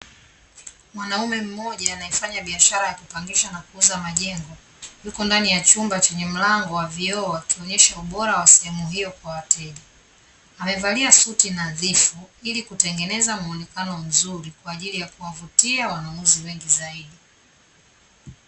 Mwanaume mmoja anayefanya biashara ya kupangisha na kuuza majengo yuko ndani ya chumba chenye mlango wa vioo akionyesha ubora wa sehemu hiyo kwa wateja, amevalia suti nadhifu ili kutengeneza muonekano mzuri kwa ajili ya kuwavutia wanunuzi wengi zaidi.